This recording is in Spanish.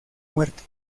muerte